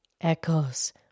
Echoes